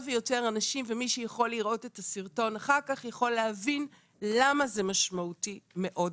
מי שיכול לראות את הסרטון אחר כך יכול להבין למה זה משמעותי מאוד,